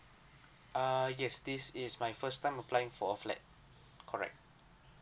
err yes this is my first time applying for a flat correct